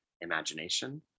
imagination